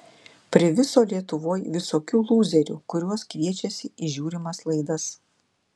priviso lietuvoj visokių lūzerių kuriuos kviečiasi į žiūrimas laidas